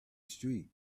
street